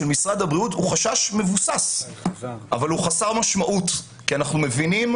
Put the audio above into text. חשש מבוסס אבל הוא חסר משמעות כי אנחנו מבינים,